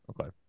Okay